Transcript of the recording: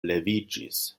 leviĝis